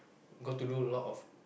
got to do a lot of